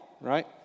right